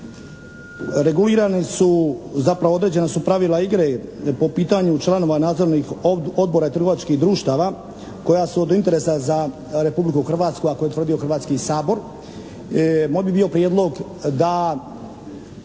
regulirani su, zapravo određena su pravila igre po pitanju članova nadzora odbora i trgovačkih društava koja su od interesa za Republiku Hrvatsku a koje je utvrdio Hrvatski sabor. Moj bi bio prijedlog da